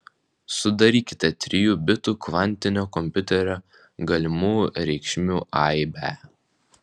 sudarykite trijų bitų kvantinio kompiuterio galimų reikšmių aibę